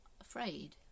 afraid